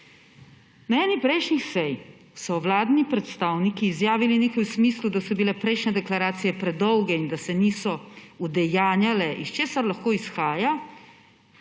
Na eni prejšnjih sej so vladni predstavniki izjavili nekaj v smislu, da so bile prejšnje deklaracije predolge in da se niso udejanjale, iz česar lahko izhaja